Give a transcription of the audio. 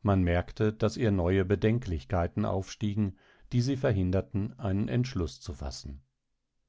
man merkte daß ihr neue bedenklichkeiten aufstiegen die sie verhinderten einen entschluß zu fassen